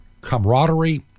camaraderie